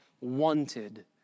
wanted